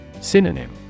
Synonym